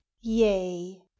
yea